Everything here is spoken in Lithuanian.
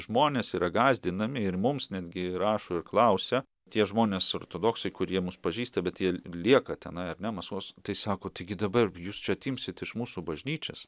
žmonės yra gąsdinami ir mums netgi rašo ir klausia tie žmonės ortodoksai kurie mus pažįsta bet jie lieka tenai ar ne maskvos tai sako taigi dabar jūs čia atimsit iš mūsų bažnyčias